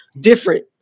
different